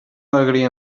alegria